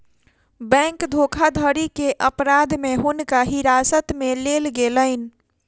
bank धोखाधड़ी के अपराध में हुनका हिरासत में लेल गेलैन